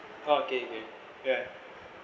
okay okay ya